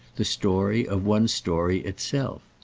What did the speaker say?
the story of one's story itself.